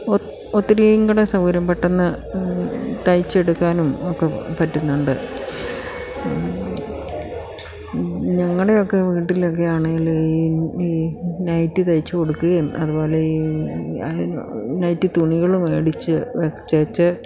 ഒത്തിരിയുംകൂടി സൗകര്യം പെട്ടെന്ന് തയ്ച്ചെടുക്കാനും ഒക്കെ പറ്റുന്നുണ്ട് ഞങ്ങളുടെയൊക്കെ വീട്ടിലൊക്കെ ആണെങ്കിൽ ഈ ഈ നൈറ്റി തയ്ച്ചു കൊടുക്കുകയും അതുപോലെ ഈ നൈറ്റിത്തുണികൽ മേടിച്ചു വച്ചേച്ച്